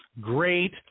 great